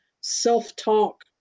self-talk